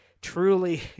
truly